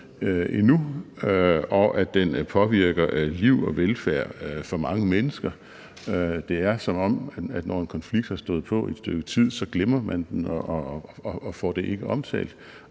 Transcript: og at den påvirker liv og velfærd for mange mennesker. Det er, som om man, når en konflikt har stået på i et stykke tid, glemmer den og ikke får den omtalt.